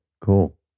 cool